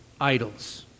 idols